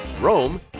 Rome